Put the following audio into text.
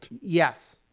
Yes